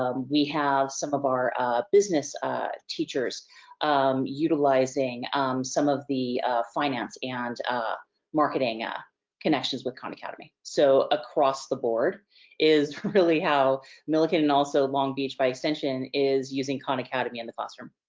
ah we have some of our business teachers um utilizing some of the finance and ah marketing ah connections with khan academy. so across the board is really how millikan, and also long beach by extension is using khan academy in the classroom.